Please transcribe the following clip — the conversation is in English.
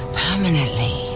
permanently